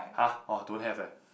!huh! orh don't have eh